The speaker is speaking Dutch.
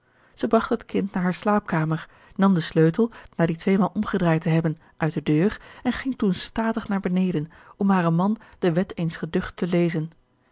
zij bragt het kind naar hare slaapkamer nam den sleutel na dien tweemaal omgedraaid te hebben uit de deur en ging toen statig naar beneden om haren man de wet eens geducht te lezen